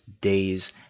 days